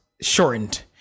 shortened